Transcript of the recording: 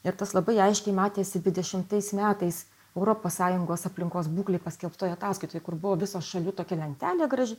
ir tas labai aiškiai matėsi dvidešimtais metais europos sąjungos aplinkos būklei paskelbtoj ataskaitoj kur buvo visos šalių tokia lentelė graži